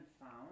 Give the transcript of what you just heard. found